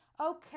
Okay